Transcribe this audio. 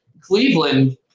Cleveland